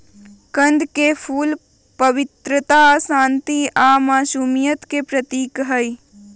कंद के फूल पवित्रता, शांति आ मासुमियत के प्रतीक हई